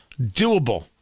doable